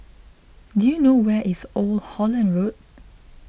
do you know where is Old Holland Road